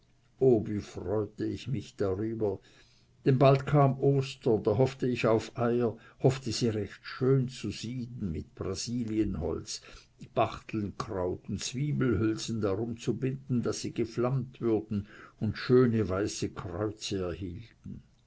o wie freute ich mich darüber bald kam ostern da hoffte ich auf eier hoffte sie recht schön zu sieden mit brasilienholz bachtelnkraut und zwiebelhülsen darum zu binden daß sie geflammt würden und schöne weiße kreuze erhielten